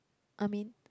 I mean